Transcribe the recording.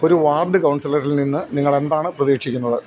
ഒരു വാർഡ് കൗൺസിലറിൽ നിന്ന് നിങ്ങളെന്താണ് പ്രതീക്ഷിക്കുന്നത്